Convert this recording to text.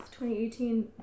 2018